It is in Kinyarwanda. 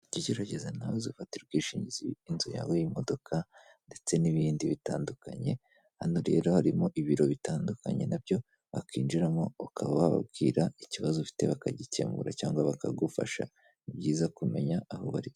Igihe kirageza nawe uzafatira ubwishingizi inzu yawe y'imodoka ndetse n'ibindi bitandukanye, aho rero harimo ibiro bitandukanye nabyo, bakinjiramo ukabababwira ikibazo ufite bakagikemura cyangwa bakagufasha ni byiza kumenya aho barira.